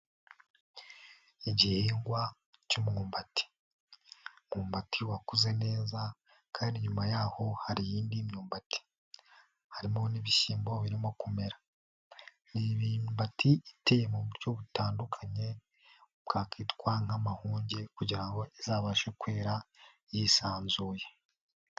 Igihingwa cy'umwumbati, umwumbati wakuze neza kandi nyuma yaho hari iyindi myumbati, harimo n'ibishyimbo birimo kumera, ni imyumbati iteye mu buryo butandukanye, bwakitwa nk'amahunge kugira ngo izabashe kwera yisanzuye.